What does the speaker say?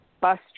bus